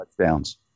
touchdowns